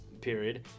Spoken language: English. period